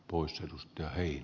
arvoisa puhemies